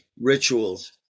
rituals